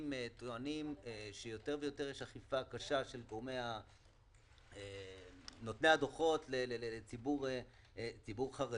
טוענים שיש יותר ויותר אכיפה קשה של נותני הדוחות לציבור חרדי.